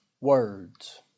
words